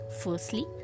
Firstly